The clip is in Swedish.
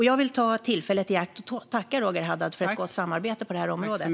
Jag vill ta tillfället i akt att tacka Roger Haddad för ett gott samarbete på det här området.